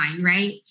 right